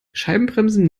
scheibenbremsen